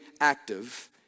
active